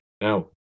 Now